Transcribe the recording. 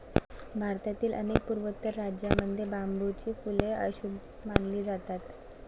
भारतातील अनेक पूर्वोत्तर राज्यांमध्ये बांबूची फुले अशुभ मानली जातात